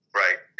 right